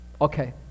Okay